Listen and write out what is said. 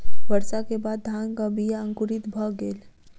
वर्षा के बाद धानक बीया अंकुरित भअ गेल